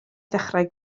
ddechrau